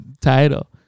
title